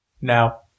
now